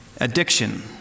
addiction